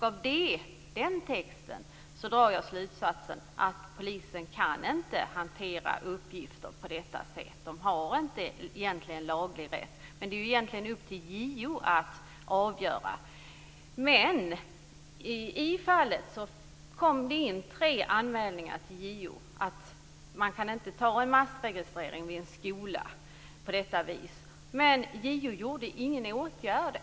Av den texten drar jag slutsatsen att polisen inte kan hantera uppgifter på det här sättet; polisen har inte någon laglig rätt till det. Men det är egentligen upp till JO att avgöra detta. När det gäller det här fallet kom det in tre anmälningar till JO. Man menade att polisen inte kan göra en massregistrering vid en skola på det här viset. Men JO vidtog ingen åtgärd.